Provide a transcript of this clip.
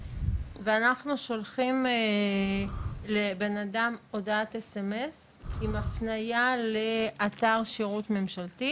הקובץ ואנחנו שולחים לבן אדם הודעת סמס עם הפניה לאתר שירות ממשלתי,